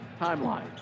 timeline